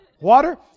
water